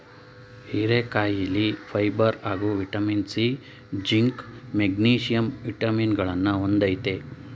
ಹೀರೆಕಾಯಿಲಿ ಫೈಬರ್ ಹಾಗೂ vitamin C, zinc, magnesium ವಿಟಮಿನಗಳನ್ನ ಹೊಂದಯ್ತೆ